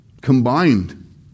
combined